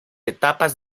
etapas